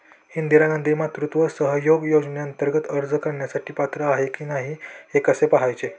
इंदिरा गांधी मातृत्व सहयोग योजनेअंतर्गत अर्ज करण्यासाठी पात्र आहे की नाही हे कसे पाहायचे?